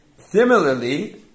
Similarly